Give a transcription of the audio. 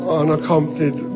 unaccompanied